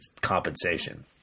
compensation